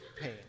pain